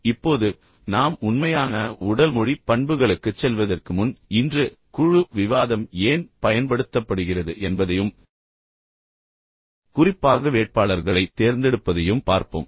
இப்போது நாம் உண்மையான உடல் மொழி பண்புகளுக்குச் செல்வதற்கு முன் இன்று குழு விவாதம் ஏன் பயன்படுத்தப்படுகிறது என்பதையும் குறிப்பாக வேட்பாளர்களைத் தேர்ந்தெடுப்பதையும் பார்ப்போம்